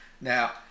Now